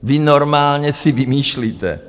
Vy normálně si vymýšlíte.